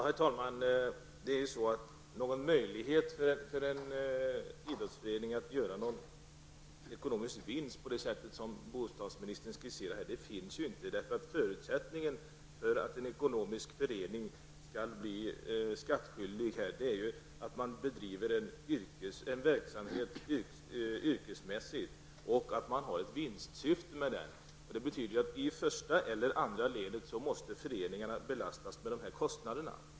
Herr talman! Någon möjlighet för en idrottsförening att göra en ekonomisk vinst på det sätt som bostadsministern skisserar finns inte. Förutsättningen för att en ekonomisk förening skall bli skattskyldig är att den bedriver en verksamhet yrkesmässigt och att föreningen har ett vinstsyfte. Det betyder att i första eller andra ledet måste föreningarna belastas med dessa kostnader.